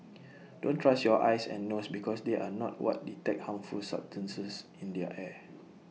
don't trust your eyes and nose because they are not what detect harmful substances in the air